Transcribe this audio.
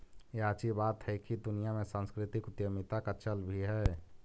याची बात हैकी दुनिया में सांस्कृतिक उद्यमीता का चल भी है